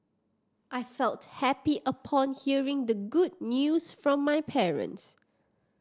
I felt happy upon hearing the good news from my parents